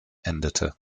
endete